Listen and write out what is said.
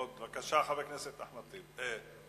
בבקשה, חבר הכנסת אחמד טיבי.